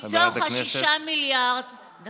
מתוך ה-6 מיליארד, חברת הכנסת.